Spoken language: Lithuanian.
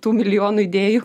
tų milijonų idėjų